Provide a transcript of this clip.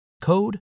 code